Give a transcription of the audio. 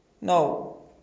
No